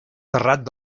terrat